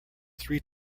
three